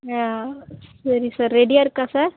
ஆ சரி சார் ரெடியாக இருக்கா சார்